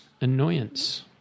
Annoyance